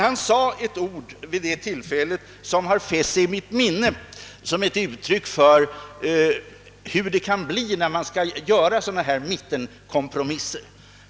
Hans ord vid detta tillfälle har fäst sig i mitt minne som ett uttryck för hur det kan bli när man skall göra mittenkompromisser.